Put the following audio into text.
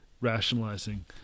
rationalizing